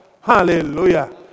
hallelujah